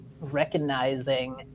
recognizing